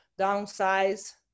downsize